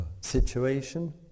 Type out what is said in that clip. situation